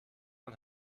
und